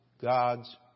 God's